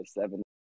seven